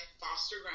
foster